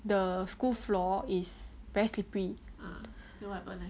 the school floor is very slippery